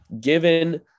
Given